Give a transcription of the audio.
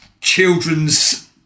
children's